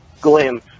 Glim